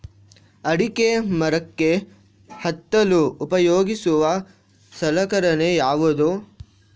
ಅಡಿಕೆ ಮರಕ್ಕೆ ಹತ್ತಲು ಉಪಯೋಗಿಸುವ ಸಲಕರಣೆ ಯಾವುದು?